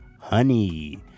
Honey